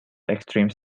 extreme